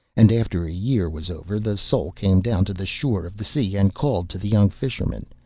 and after a year was over the soul came down to the shore of the sea, and called to the young fisherman,